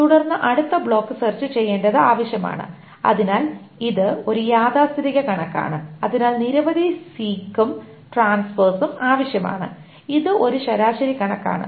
തുടർന്ന് അടുത്ത block search ചെയ്യേണ്ടത് ആവശ്യമാണ് അതിനാൽ ഇത് ഒരു യാഥാസ്ഥിതിക കണക്കാണ് അതിനാൽ നിരവധി സീക്സും ട്രാൻസ്ഫെഴ്സും ആവശ്യമാണ് ഇത് ഒരു ശരാശരി കണക്കാണ്